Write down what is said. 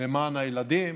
למען הילדים,